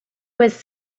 was